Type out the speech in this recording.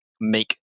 make